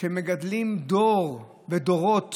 שמגדלים דור ודורות